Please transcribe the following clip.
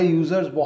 users